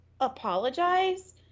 apologize